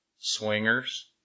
swingers